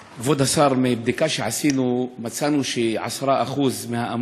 מבדיקה שעשינו מצאנו ש-10% מהאמוניה שמיוצרת